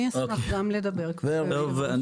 אני אשמח גם לדבר, כבוד היושב-ראש.